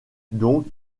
donc